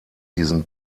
diesen